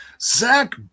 Zach